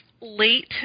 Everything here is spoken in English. late